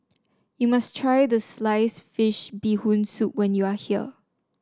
you must try the Sliced Fish Bee Hoon Soup when you are here